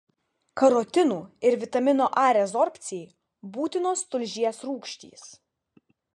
karotinų ir vitamino a rezorbcijai būtinos tulžies rūgštys